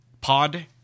Pod